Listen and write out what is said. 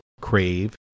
crave